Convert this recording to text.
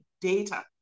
data